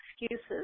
excuses